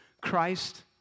Christ